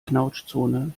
knautschzone